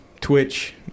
Twitch